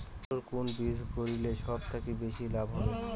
আলুর কুন বীজ গারিলে সব থাকি বেশি লাভ হবে?